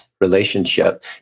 relationship